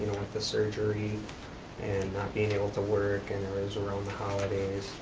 with the surgery and not being able to work, and it was around,